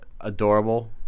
adorable